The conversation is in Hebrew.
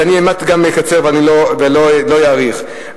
אז גם אקצר ולא אאריך.